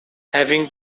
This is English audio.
having